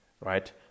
Right